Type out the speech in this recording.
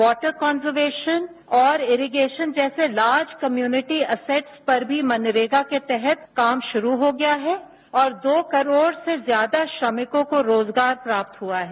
water conservation और irrigation जैसे large community assets पर भी मनरेगा के तहत काम शुरू हो गया हैऔर दो करोड़ से ज्यादा श्रमिकों को रोजगार प्राप्त हुआ है